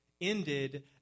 ended